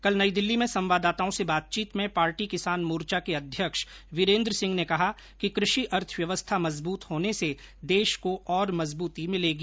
कल नई दिल्ली में संवाददाताओं से बातचीत में पार्टी किसान मोर्चा के अध्यक्ष वीरेन्द्र सिंह ने कहा कि कृषि अर्थव्यवस्था मजबूत होने से देश को और मजबूती मिलेगी